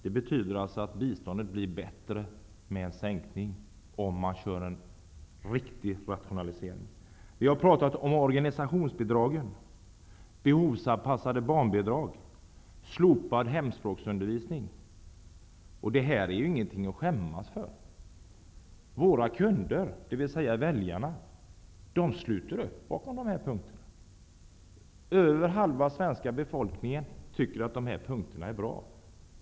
Det betyder att biståndet blir bättre med en sänkning om man kör en riktig rationalisering. Vi har talat om organisationsbidragen, behovsanpassade barnbidrag, slopad hemspråksundervisning. Detta är ju ingenting att skämmas för. Våra kunder, dvs. väljarna, sluter upp bakom dessa punkter. Över halva den svenska befolkningen tycker att dessa punkter är bra.